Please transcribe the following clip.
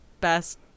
best